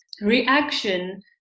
reaction